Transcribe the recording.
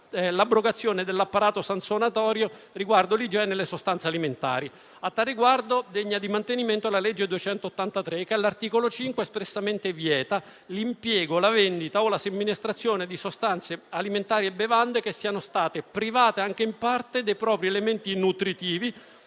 l'abrogazione dell'apparato sanzionatorio riguardo all'igiene e alle sostanze alimentari. A tal riguardo, degna di mantenimento è la legge n. 283 del 1962 che, all'articolo 5, vieta espressamente l'impiego, la vendita o la somministrazione di sostanze alimentari e bevande che siano state private anche in parte dei propri elementi nutritivi